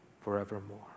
forevermore